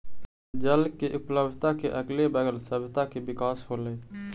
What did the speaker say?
जल के उपलब्धता के अगले बगल सभ्यता के विकास होलइ